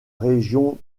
région